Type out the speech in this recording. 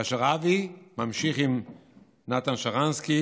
ואבי המשיך עם נתן שרנסקי